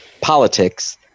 politics